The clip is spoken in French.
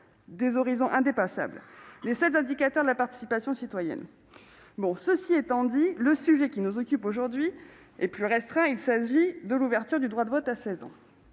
des horizons indépassables, les seuls indicateurs de la participation citoyenne. Cela étant dit, le sujet qui nous occupe aujourd'hui est plus restreint : il s'agit simplement d'ouvrir le droit de vote à 16 ans.